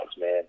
man